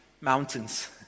mountains